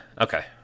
Okay